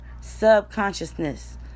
subconsciousness